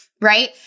Right